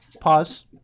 pause